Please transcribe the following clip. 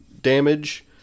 damage